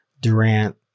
durant